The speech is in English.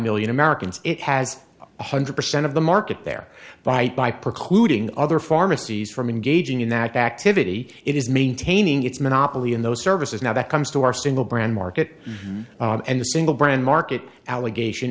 million americans it has one hundred percent of the market there by by precluding other pharmacies from engaging in that activity it is maintaining its monopoly in those services now that comes to our single brand market and the single brand market allegation